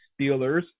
Steelers